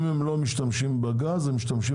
אם הם לא משתמשים בגז, הם משתמשים